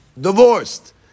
divorced